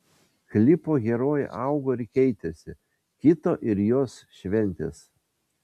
klipo herojė augo ir keitėsi kito ir jos šventės